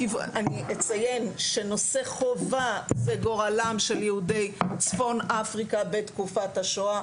אני אציין שנושא חובה הוא גורלם של יהודי צפון אפריקה בתקופת השואה.